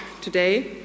today